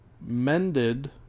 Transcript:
Mended